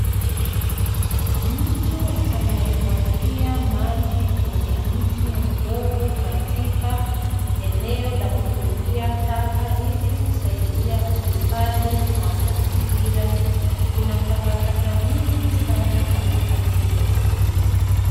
Mtu anayemwagia maji kwenye mti mdogo katika eneo la kutupia taka ili kusaidia uhifadhi wa mazingira. Kuna takataka nyingi sana katika hilo eneo.